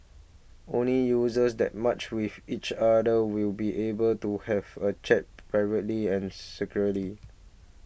only users that matched with each other will be able to have a chat privately and secretly